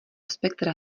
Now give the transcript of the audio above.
spektra